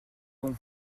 bon